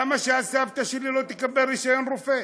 למה שהסבתא שלי לא תקבל רישיון רופא?